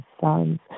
sons